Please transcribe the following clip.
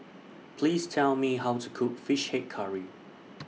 Please Tell Me How to Cook Fish Head Curry